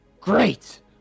great